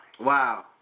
Wow